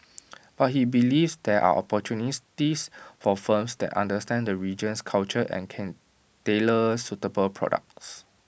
but he believes there are opportunities for firms that understand the region's culture and can tailor suitable products